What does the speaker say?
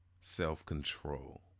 Self-Control